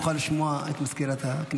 בבקשה, שנוכל לשמוע את סגנית המזכיר.